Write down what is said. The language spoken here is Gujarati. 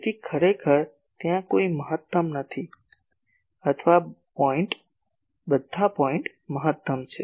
તેથી ખરેખર ત્યાં કોઈ મહત્તમ નથી અથવા બધા પોઇન્ટ મહત્તમ છે